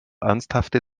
ernsthafte